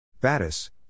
Battis